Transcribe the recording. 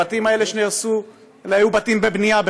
הבתים האלה שנהרסו היו בכלל בתים בבנייה,